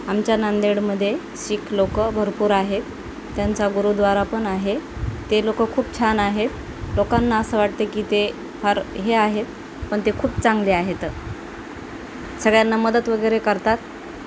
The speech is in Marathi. आमच्या नांदेडमदे सीख लोकं भरपूर आहेत त्यांचा गुरुद्वारापण आहे ते लोकं खूप छान आहेत लोकांना असं वाटतं की ते फार हे आहेत पण ते खूप चांगले आहेत सगळ्यांना मदतवगैरे करतात